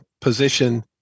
position